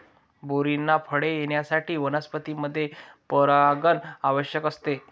बेरींना फळे येण्यासाठी वनस्पतींमध्ये परागण आवश्यक असते